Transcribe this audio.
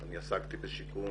אני עסקתי בשיקום